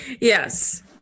Yes